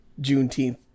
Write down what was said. juneteenth